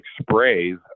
sprays